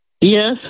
Yes